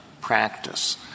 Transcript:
practice